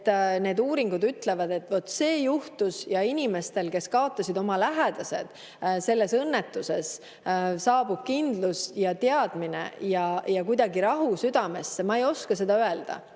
need uuringud ütlevad, et vot see juhtus, ja inimestele, kes kaotasid oma lähedased selles õnnetuses, saabub kindlus ja teadmine ja rahu südamesse – ma ei oska seda öelda.